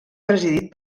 presidit